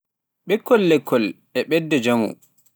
ɓikkol lekkon e ɓedda njaamu